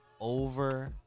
over